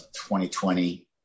2020